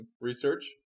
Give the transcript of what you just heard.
research